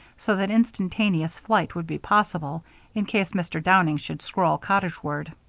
so that instantaneous flight would be possible in case mr. downing should stroll cottageward.